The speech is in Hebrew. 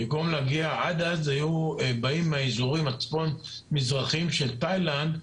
עד אז היו באים מהאזורים הצפון מזרחיים של תאילנד,